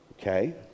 Okay